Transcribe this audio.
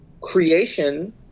creation